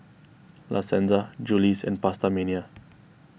La Senza Julie's and PastaMania